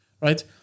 right